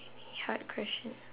hard question